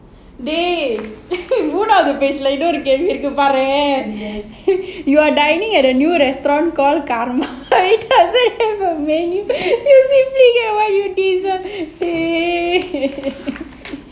dey மூணாவது என்ன எழுதிருக்குது பாரேன்:moonaavathu enna ezhuthirukuthu paaraen you are dining at a new restaurant called karma it doesn't have a menu dey